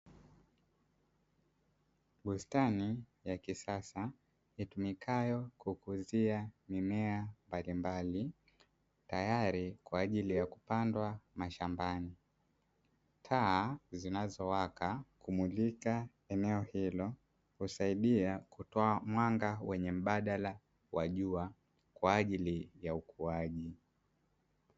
Bustani ya kisasa itumikayo kukuzia mimea mbalimbali, tayari kwa ajili ya kupandwa mashambani. Taa zinazowaka kumulika eneo hilo, husaidia kutoa mwanga wenye mbadala wa jua kwa ajili ya ukuaji.